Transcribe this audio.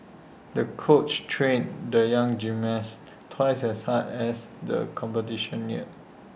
the coach trained the young gymnast twice as hard as the competition neared